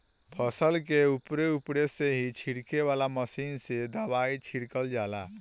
फसल के उपरे उपरे से ही छिड़के वाला मशीन से दवाई छिड़का जाला